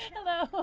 hello. hi.